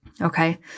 Okay